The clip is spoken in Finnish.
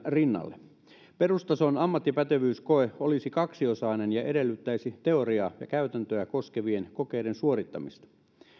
rinnalle perustason ammattipätevyyskoe olisi kaksiosainen ja edellyttäisi teoriaa ja käytäntöä koskevien kokeiden suorittamista